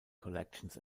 collections